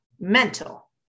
mental